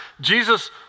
Jesus